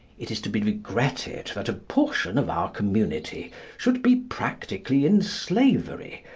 it is to be regretted that a portion of our community should be practically in slavery,